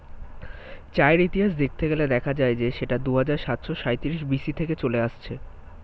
চায়ের ইতিহাস দেখতে গেলে দেখা যায় যে সেটা দুহাজার সাতশো সাঁইত্রিশ বি.সি থেকে চলে আসছে